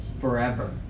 forever